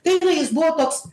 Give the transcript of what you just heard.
tai na jis buvo toks